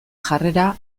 jarrera